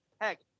Heck